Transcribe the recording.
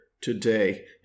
today